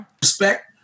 Respect